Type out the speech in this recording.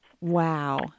Wow